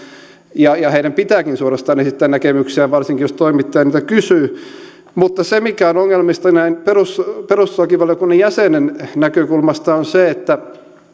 ja ja heidän pitääkin suorastaan esittää näkemyksiään varsinkin jos toimittaja niitä kysyy mutta se mikä on ongelmallista näin perustuslakivaliokunnan jäsenen näkökulmasta on se että